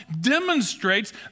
demonstrates